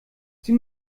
sie